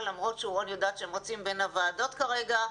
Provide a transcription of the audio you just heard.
למרות שרון יודעת שהם רצים בין הועדות כרגע,